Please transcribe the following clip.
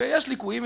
ויש ליקויים.